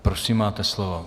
Prosím, máte slovo.